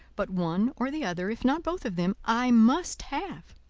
but one or the other, if not both of them, i must have.